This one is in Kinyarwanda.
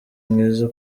mwiza